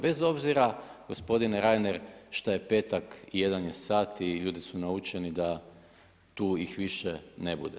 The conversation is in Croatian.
Bez obzira gospodine Reiner što je petak jedan je sat i ljudi su naučeni da tu ih više ne bude.